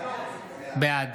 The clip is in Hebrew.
בעד